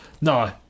No